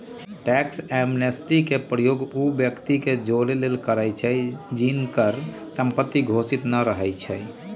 tax amnesty के प्रयोग उ व्यक्ति के जोरेके लेल करइछि जिनकर संपत्ति घोषित न रहै छइ